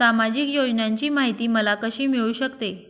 सामाजिक योजनांची माहिती मला कशी मिळू शकते?